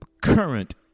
current